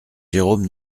jérôme